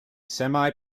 semi